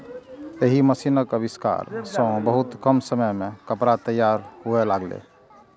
एहि मशीनक आविष्कार सं बहुत कम समय मे कपड़ा तैयार हुअय लागलै